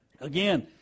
Again